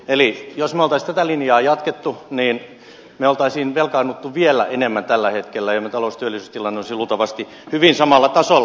eli jos me olisimme tätä linjaa jatkaneet niin me olisimme vielä enemmän velkaantuneita tällä hetkellä ja meidän talous ja työllisyystilanteemme olisi luultavasti hyvin samalla tasolla